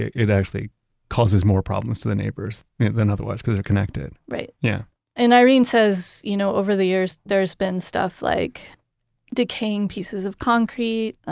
it actually causes more problems to the neighbors than otherwise because they're connected right yeah and irene says, you know over the years there's been stuff like decaying pieces of concrete,